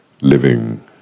living